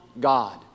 God